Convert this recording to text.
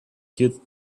cute